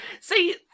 See